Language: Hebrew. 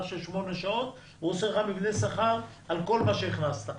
של שמונה שעות אלא מבנה שכר על כל מה שהכנסת.